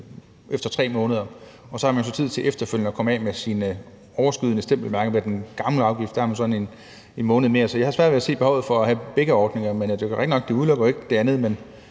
efter 3 måneder. Så har man jo tid til efterfølgende at komme af med sine overskydende stempelmærker med den gamle afgift. Der har man så 1 måned mere, så jeg har svært ved at se behovet for at have begge ordninger. Det er da rigtigt nok, at det ikke udelukker det andet,